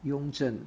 雍正